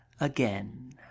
again